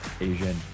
Asian